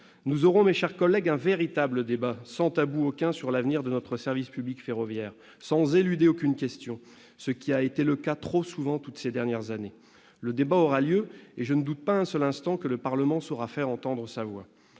Nous aurons un véritable débat, sans tabou aucun, sur l'avenir de notre service public ferroviaire, sans éluder aucune question, ce qui a été trop souvent le cas toutes ces dernières années. Le débat aura lieu, et je ne doute pas un seul instant que le Parlement saura faire entendre sa voix.